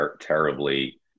terribly